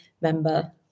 member